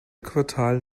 quartal